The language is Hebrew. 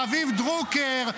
רביב דרוקר,